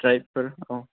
द्राइभफोर औ